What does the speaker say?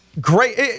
great